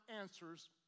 answers